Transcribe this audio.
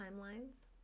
timelines